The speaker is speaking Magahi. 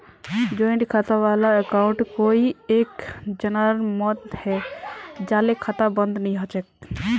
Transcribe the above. जॉइंट खाता वाला अकाउंटत कोई एक जनार मौत हैं जाले खाता बंद नी हछेक